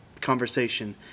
Conversation